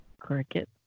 Cricket